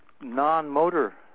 non-motor